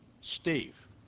Steve